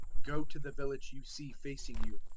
go to the village you see facing you,